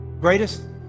Greatest